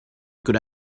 could